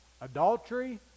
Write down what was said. adultery